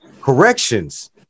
corrections